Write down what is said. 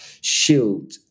shield